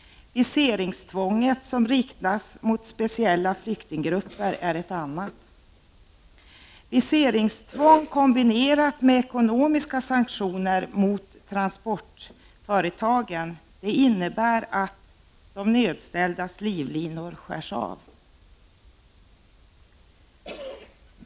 Viseringstvånget, som riktas mot speciella flyktinggrupper, är ett annat. Viseringstvång kombinerat med ekonomiska sanktioner mot transportföretag innebär att de nödställdas livlinor skärs av.